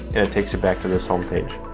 and it takes you back to this homepage.